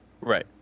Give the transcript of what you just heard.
Right